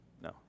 No